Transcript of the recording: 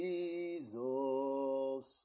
Jesus